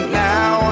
now